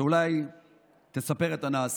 שאולי תספר את הנעשה.